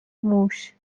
موش